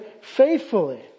faithfully